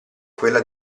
quella